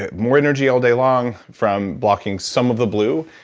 ah more energy all day long, from blocking some of the blue,